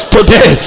Today